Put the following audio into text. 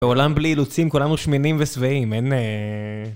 בעולם בלי אילוצים, כולם שמנים ושבעים. אין...